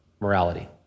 morality